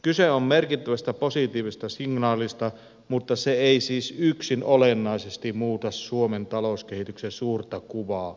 kyse on merkittävästä positiivisesta signaalista mutta se ei siis yksin olennaisesti muuta suomen talouskehityksen suurta kuvaa